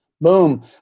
boom